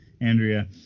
Andrea